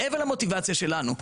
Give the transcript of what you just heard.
מעבר למוטיבציה שלנו,